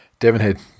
Devonhead